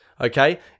okay